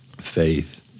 faith